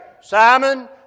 Simon